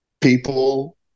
people